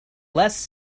less